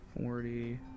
Forty